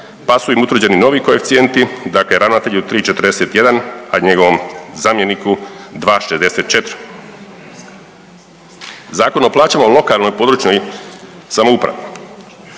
pa su im utvrđeni novi koeficijenti, dakle ravnatelju 3,41, a njegovom zamjeniku 2,64. Zakon o plaćama u lokalnoj i područnoj samoupravi,